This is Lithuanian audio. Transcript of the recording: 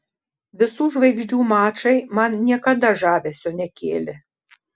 visų žvaigždžių mačai man niekada žavesio nekėlė